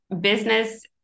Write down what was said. business